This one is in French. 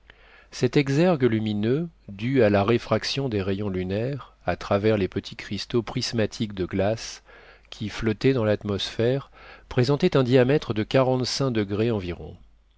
cet exergue lumineux dû à la réfraction des rayons lunaires à travers les petits cristaux prismatiques de glace qui flottaient dans l'atmosphère présentait un diamètre de quarante-cinq degrés environ